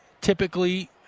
typically